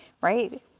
right